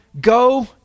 go